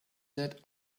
that